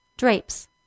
Drapes